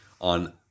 on